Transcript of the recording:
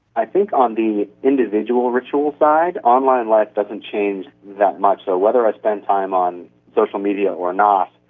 i think on the individual rituals side, online life doesn't change that much. so whether i spend time on social media or not,